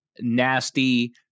nasty